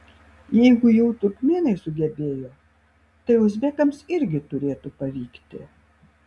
jeigu jau turkmėnai sugebėjo tai uzbekams irgi turėtų pavykti